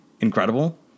incredible